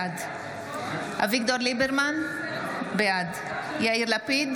בעד אביגדור ליברמן, בעד יאיר לפיד,